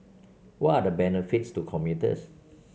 what are the benefits to commuters